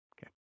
Okay